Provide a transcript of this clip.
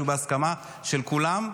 שהוא בהסכמה של כולם,